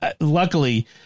luckily